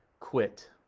quit